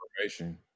information